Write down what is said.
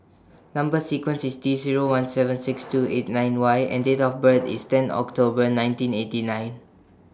Number sequence IS T Zero one seven six two eight nine Y and Date of birth IS ten October nineteen eighty nine